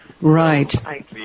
Right